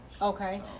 Okay